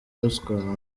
ruswa